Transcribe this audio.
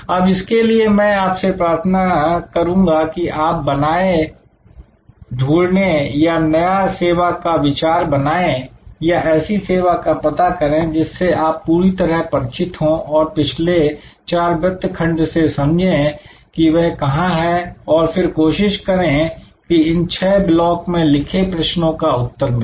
अब इसके लिए मैं आपसे प्रार्थना करूंगा कि आप बनाए ढूंढने या एक नया सेवा का विचार बनाए या ऐसी सेवा का पता करें जिससे आप पूरी तरह परिचित हो और पिछले चार वृत्तखंड से समझें कि वह कहां है और फिर कोशिश करें की इन छह ब्लॉक में लिखे प्रश्नों का उत्तर मिले